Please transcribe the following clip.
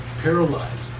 paralyzed